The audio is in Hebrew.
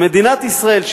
שמדינת ישראל,